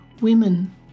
women